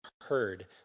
heard